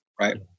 right